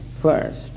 first